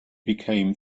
became